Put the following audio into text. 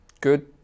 good